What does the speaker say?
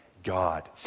god